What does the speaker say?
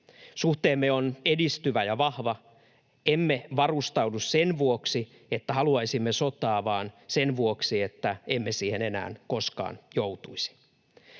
Suhteemme on edistyvä ja vahva. Emme varustaudu sen vuoksi, että haluaisimme sotaa, vaan sen vuoksi, että emme siihen enää koskaan joutuisi.